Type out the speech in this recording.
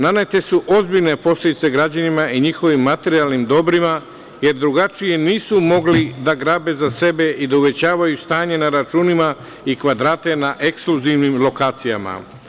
Nanete su ozbiljne posledice građanima i njihovim materijalnim dobrima, jer drugačije nisu mogli da grabe za sebe i da uvećavaju stanje na računima i kvadrate na ekskluzivnim lokacijama.